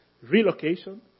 relocation